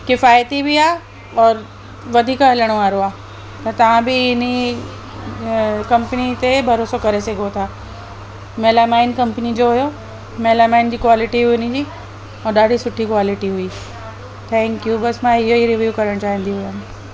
किफ़ायती बि आहे और वधी हलण वारो आहे त तव्हां बि इन ई कंपनी ते भरोसो करे सघो था मैलामाइन कंपनी जो हुयो मैलामाइन जी क्वालिटी हुन जी ॾाढी सुठी क्वालिटी हुई थैंक्यू बसि मां इहो ई रिव्यू करणु चाहींदी हुयमि